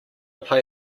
play